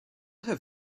have